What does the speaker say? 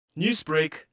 Newsbreak